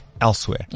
elsewhere